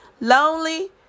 lonely